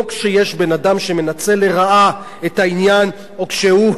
לא כשיש בן-אדם שמנצל לרעה את העניין או כשהוא,